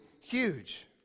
huge